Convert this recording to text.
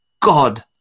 God